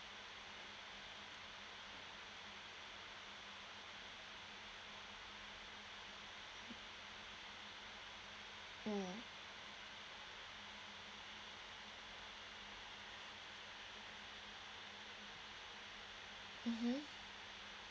mm mmhmm